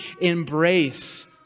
embrace